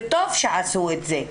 וטוב שעשו את זה,